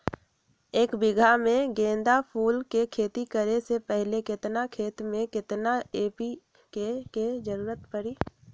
एक बीघा में गेंदा फूल के खेती करे से पहले केतना खेत में केतना एन.पी.के के जरूरत परी?